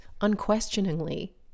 unquestioningly